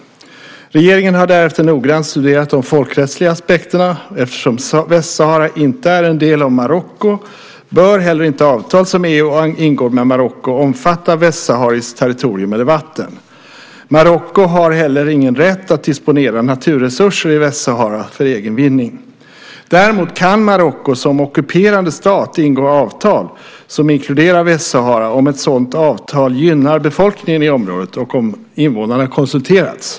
Regeringen har därefter noggrant studerat de folkrättsliga aspekterna. Eftersom Västsahara inte är en del av Marocko bör heller inte avtal som EU ingår med Marocko omfatta västsahariskt territorium eller vatten. Marocko har inte heller någon rätt att disponera naturresurser i Västsahara för egen vinning. Däremot kan Marocko som ockuperande stat ingå avtal som inkluderar Västsahara om ett sådant avtal gynnar befolkningen i området och om invånarna konsulterats.